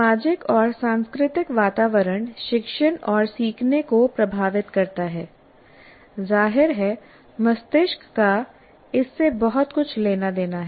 सामाजिक और सांस्कृतिक वातावरण शिक्षण और सीखने को प्रभावित करता है जाहिर है मस्तिष्क का इससे बहुत कुछ लेना देना है